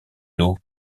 l’eau